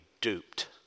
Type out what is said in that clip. duped